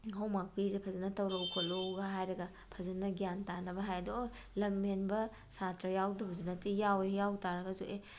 homework ꯄꯤꯔꯤꯁꯦ ꯐꯖꯅ ꯇꯧꯔꯛꯎ ꯈꯣꯠꯂꯛꯎꯒ ꯍꯥꯏꯔꯒ ꯐꯖꯅ ꯒ꯭ꯌꯥꯟ ꯇꯥꯅꯕ ꯍꯥꯏ ꯑꯗꯣ ꯍꯣꯏ ꯂꯝ ꯍꯦꯟꯕ ꯁꯥꯇ꯭ꯔ ꯌꯥꯎꯗꯕꯁꯨ ꯅꯠꯇꯦ ꯌꯥꯎꯏ ꯌꯥꯎꯇꯥꯔꯒꯁꯨ ꯑꯦ